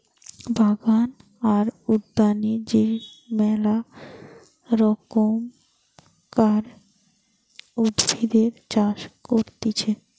বাগান বা উদ্যানে যে মেলা রকমকার উদ্ভিদের চাষ করতিছে